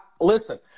Listen